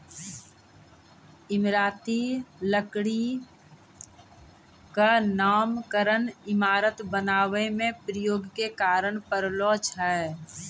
इमारती लकड़ी क नामकरन इमारत बनावै म प्रयोग के कारन परलो छै